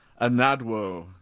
Anadwo